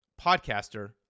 Podcaster